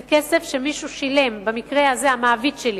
זה כסף שמישהו שילם, במקרה הזה המעביד שלי,